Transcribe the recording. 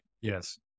Yes